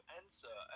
answer